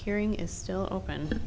hearing is still open